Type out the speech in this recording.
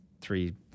three